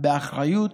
באחריות,